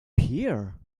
here